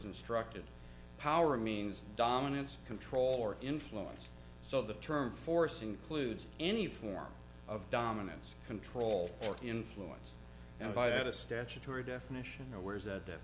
instructed power means dominance control or influence so the term force includes any form of dominance control or influence and by that a statutory definition no where is that